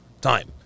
time